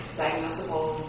diagnosable